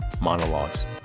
Monologues